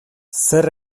zer